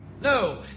No